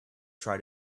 try